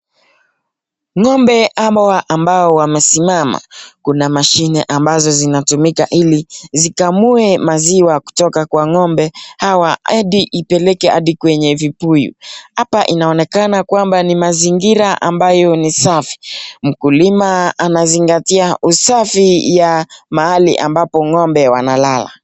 Ng'ombe hawa ambao wamesimama kuna mashine ambazo zinatumika ili zikamue maziwa kutoka kwa ng'ombe hawa hadi ipeleke hadi kwenye vibuyu . Hapa inaonekana kwamba ni mazingira ambayo ni safi . Mkulima anazingati usafi ya mahali ambapo ng'ombe wanalala.